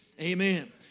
amen